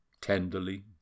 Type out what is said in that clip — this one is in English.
tenderly